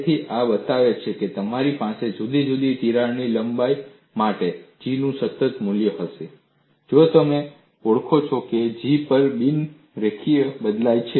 તેથી આ બતાવે છે કે તમારી પાસે જુદી જુદી તિરાડ લંબાઈ માટે G નું સતત મૂલ્ય હશે જો તમે ઓળખો છો કે G પણ બિનરેખીય રીતે બદલાય છે